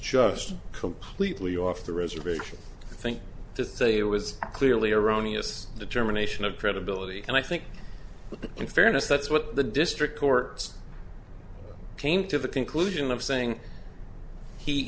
just completely off the reservation i think to say it was clearly erroneous determination of credibility and i think in fairness that's what the district court came to the conclusion of saying